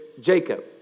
Jacob